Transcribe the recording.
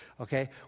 Okay